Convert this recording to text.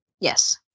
Yes